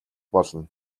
болно